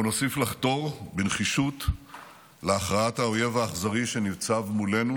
אנחנו נוסיף לחתור בנחישות להכרעת האויב האכזרי שניצב מולנו.